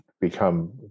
become